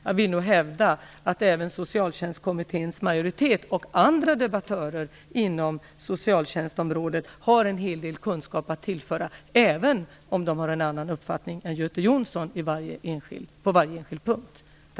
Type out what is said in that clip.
Jag vill nog hävda att även Socialtjänstkommitténs majoritet och andra debattörer inom socialtjänstområdet har en hel del kunskap att tillföra, även om de har en annan uppfattning än Göte Jonsson på varje enskild punkt.